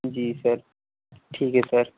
जी sir ठीक है sir